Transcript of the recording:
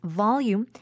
volume